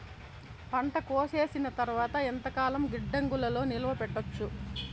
పంట కోసేసిన తర్వాత ఎంతకాలం గిడ్డంగులలో నిలువ పెట్టొచ్చు?